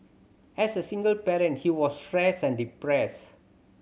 as a single parent he was stressed and depressed